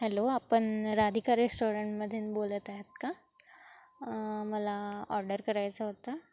hello आपण राधिका रेस्टॉरंटमधून बोलत आहेत का मला ऑर्डर करायचा होतं